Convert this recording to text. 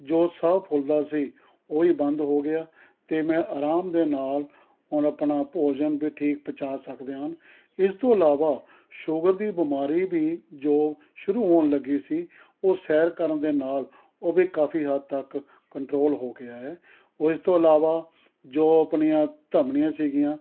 ਜੋ ਸਾਹ ਫੁੱਲਦਾ ਸੀ ਉਹ ਵੀ ਬੰਦ ਹੋ ਗਿਆ ਅਤੇ ਮੈਂ ਅਰਾਮ ਦੇ ਨਾਲ ਹੁਣ ਆਪਣਾ ਭੋਜਨ ਵੀ ਠੀਕ ਪਚਾ ਸਕਦਾ ਹਾਂ ਇਸ ਤੋਂ ਇਲਾਵਾ ਸ਼ੂਗਰ ਦੀ ਬਿਮਾਰੀ ਵੀ ਜੋ ਸ਼ੁਰੂ ਹੋਣ ਲੱਗੀ ਸੀ ਉਹ ਸੈਰ ਕਰਨ ਦੇ ਨਾਲ ਉਹ ਵੀ ਕਾਫੀ ਹੱਦ ਤੱਕ ਕੰਟਰੋਲ ਹੋ ਗਿਆ ਹੈ ਔਰ ਇਸ ਤੋਂ ਇਲਾਵਾ ਜੋ ਆਪਣੀਆਂ ਧਵਨੀਆਂ ਸੀਗੀਆਂ